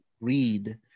read